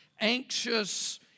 anxious